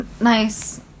nice